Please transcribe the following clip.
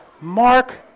Mark